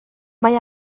mae